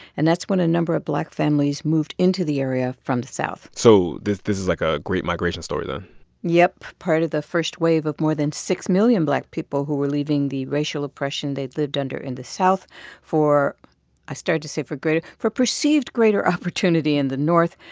and that's when a number of black families moved into the area from the south so this this is like a great migration story, then yup, part of the first wave of more than six million black people who were leaving the racial oppression they've lived under in the south for i started to say for greater for perceived greater opportunity in the north,